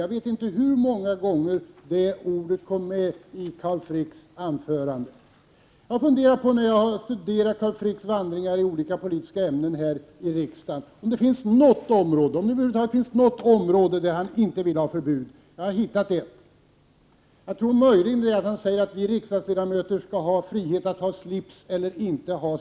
Jag vet inte hur många gånger Carl Frick använde de orden i sitt anförande. När jag har studerat Carl Fricks vandringar i olika politiska ämnen här i riksdagen har jag funderat över om det finns något område över huvud taget där han inte vill ha förbud. Jag har hittat ett: han säger att vi riksdagsledamöter skall ha frihet att välja mellan att bära slips eller inte göra det.